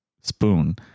spoon